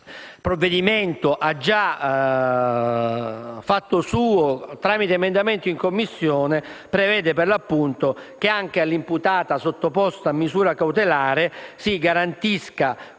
provvedimento ha già fatto suo tramite un emendamento approvato in Commissione, prevede per l'appunto che anche all'imputata sottoposta a misura cautelare si garantisca